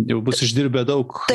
jau bus išdirbę daug